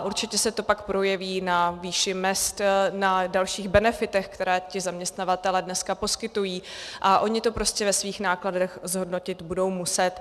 Určitě se to pak projeví na výši mezd, na dalších benefitech, které zaměstnavatelé dneska poskytují, a oni to prostě ve svých nákladech zhodnotit budou muset.